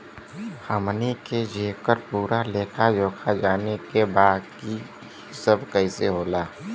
हमनी के जेकर पूरा लेखा जोखा जाने के बा की ई सब कैसे होला?